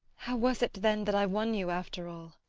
how was it, then, that i won you after all?